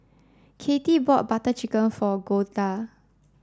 Kathie bought Butter Chicken for Golda